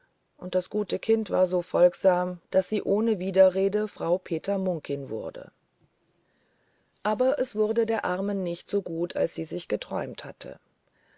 und das gute kind war so folgsam daß sie ohne widerrede frau peter munkin wurde aber es wurde der armen nicht so gut als sie sich geträumt hatte